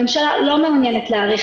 אני מודיע במפורש שזה לא יעבור.